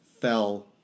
fell